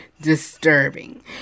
disturbing